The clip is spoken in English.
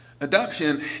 Adoption